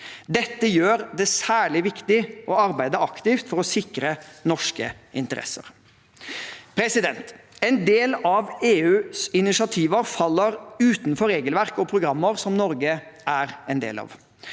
Dette gjør det særlig viktig å arbeide aktivt for å sikre norske interesser. En del av EUs initiativer faller utenfor regelverk og programmer som Norge er en del av.